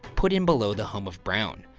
put in below the home of brown.